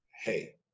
hey